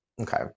Okay